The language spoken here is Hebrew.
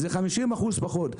זה 50% פחות.